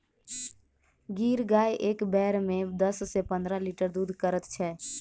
गिर गाय एक बेर मे दस सॅ पंद्रह लीटर दूध करैत छै